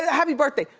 happy birthday.